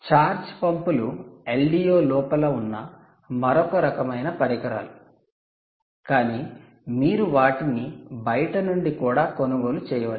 charge పంపులు LDO లోపల ఉన్న మరొక రకమైన పరికరాలు కానీ మీరు వాటిని బయట నుండి కూడా కొనుగోలు చేయవచ్చు